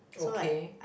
okay